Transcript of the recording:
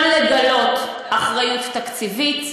גם לגלות אחריות תקציבית,